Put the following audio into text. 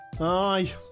Aye